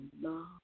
love